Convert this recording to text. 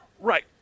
Right